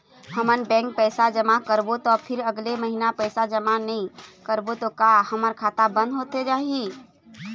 हमन बैंक पैसा जमा करबो ता फिर अगले महीना पैसा जमा नई करबो ता का हमर खाता बंद होथे जाही?